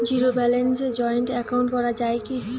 Zero ব্যালেন্সে joint account করা য়ায় কি?